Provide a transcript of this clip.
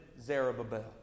Zerubbabel